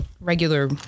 regular